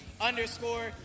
underscore